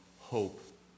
hope